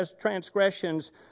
transgressions